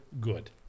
good